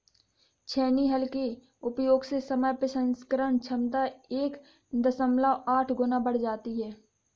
छेनी हल के उपयोग से समय प्रसंस्करण क्षमता एक दशमलव आठ गुना बढ़ जाती है